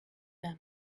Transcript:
them